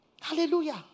Hallelujah